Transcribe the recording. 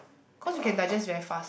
cause you can digest very fast